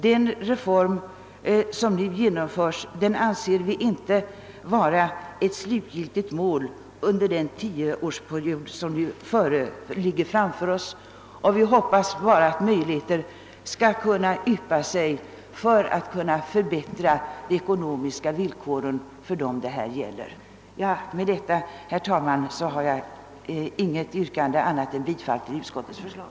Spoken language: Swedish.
Den reform söm nu genomföres anser vi sålunda inte vara ett slutgiltigt mål för den tioårsperiod som ligger framför oss. Vi hoppas att möjligheter skall kunna yppa sig för att förbättra de ekonomiska villkoren för de människor det gäller. Herr talman! Jag har inget annat yrkande än om bifall till utskottets hemställan.